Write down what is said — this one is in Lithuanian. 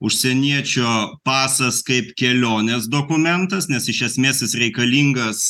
užsieniečio pasas kaip kelionės dokumentas nes iš esmės jis reikalingas